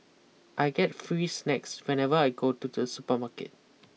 I get free snacks whenever I go to the supermarket